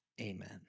amen